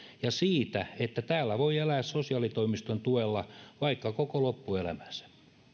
ja siitä että täällä voi elää sosiaalitoimiston tuella vaikka koko loppuelämänsä